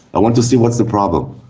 i want to see what's the problem.